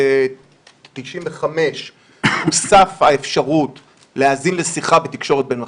ב-1995 הוספה האפשרות להאזין לשיחה בתקשורת בין מחשבים,